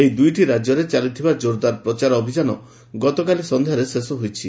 ଏହି ଦୁଇଟି ରାଜ୍ୟରେ ଚାଲିଥିବା କୋରଦାର ପ୍ରଚାର ଅଭିଯାନ ଗତକାଲି ସନ୍ଧ୍ୟାରେ ଶେଷ ହୋଇଛି